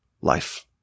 life